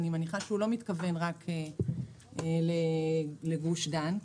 ואני מניחה שהוא לא מתכוון רק לגוש דן.